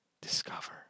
discover